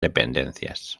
dependencias